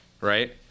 right